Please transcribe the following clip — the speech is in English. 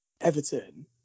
Everton